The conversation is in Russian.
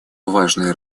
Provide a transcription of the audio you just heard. важная